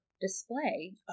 display